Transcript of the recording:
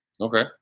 Okay